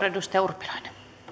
edustaja urpilainen